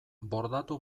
bordatu